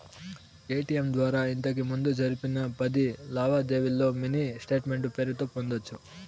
ATM ద్వారా ఇంతకిముందు జరిపిన పది లావాదేవీల్లో మినీ స్టేట్మెంటు పేరుతో పొందొచ్చు